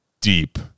deep